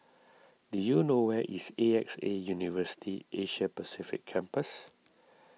do you know where is A X A University Asia Pacific Campus